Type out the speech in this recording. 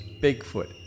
Bigfoot